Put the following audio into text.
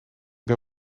ben